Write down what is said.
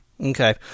Okay